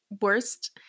worst